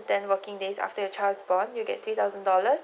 ten working days after your child's born you get three thousand dollars